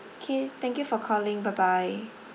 K thank you for calling bye bye